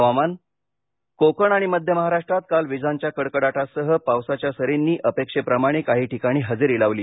हवामान कोकण आणि मध्य महाराष्ट्रात काल विजांच्या कडकडाटासह पावसाच्या सरींनी अपेक्षेप्रमाणे काही ठिकाणी हजेरी लावली